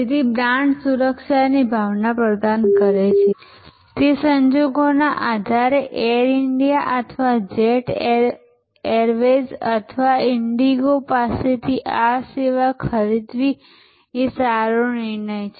તેથી બ્રાન્ડ સુરક્ષાની ભાવના પ્રદાન કરે છે કે સંજોગોના આધારે એર ઈન્ડિયા અથવા જેટ એરવેઝ અથવા ઈન્ડિગો પાસેથી આ સેવા ખરીદવી એ સારો નિર્ણય છે